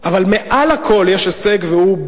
יש הישגים רבים בתחום התקשורת,